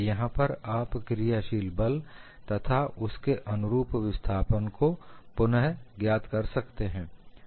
यहां पर आप क्रियाशील बल तथा उसके अनुरूप विस्थापन को पुनः ज्ञात कर सकते हैं